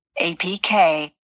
Apk